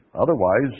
Otherwise